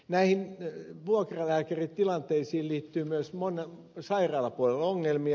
näihin vuokralääkäritilanteisiin liittyy myös sairaalapuolella ongelmia